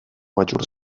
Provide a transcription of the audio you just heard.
mayor